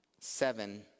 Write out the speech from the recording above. seven